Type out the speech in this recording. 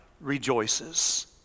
rejoices